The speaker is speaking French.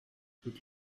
toute